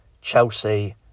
Chelsea